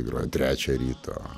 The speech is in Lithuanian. grojo trečią ryto